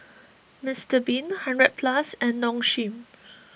Mister Bean hundred Plus and Nong Shim